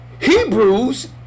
Hebrews